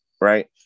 right